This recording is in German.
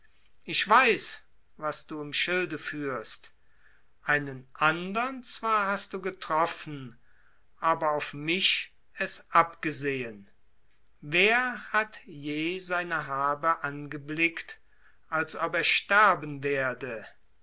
ich weiß was du im schilde führst einem andern zwar hast du getroffen aber auf mich es abgesehen wer hat je seine habe angeblickt als ob er sterben werde